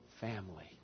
family